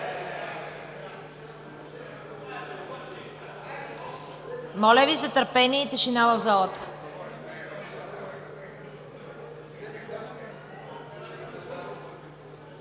Моля Ви за търпение и тишина в залата!